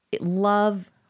Love